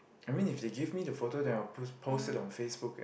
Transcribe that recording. I mean if they give me the photo then I will post post it on Facebook